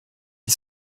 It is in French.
ils